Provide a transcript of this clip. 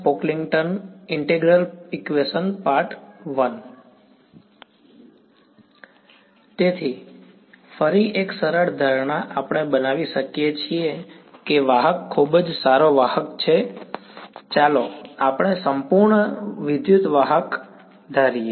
બરાબર તેથી ફરી એક સરળ ધારણા આપણે બનાવી શકીએ છીએ કે વાહક ખૂબ જ સારો વાહક છે ચાલો આપણે સંપૂર્ણ વિદ્યુત વાહક ધારીએ